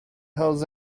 hells